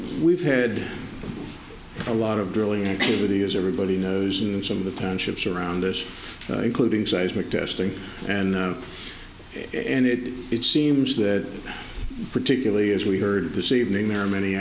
we've had a lot of drilling activity as everybody knows and some of the townships around us including seismic testing and and it it seems that particularly as we heard this evening there are many